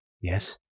Yes